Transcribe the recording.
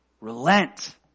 relent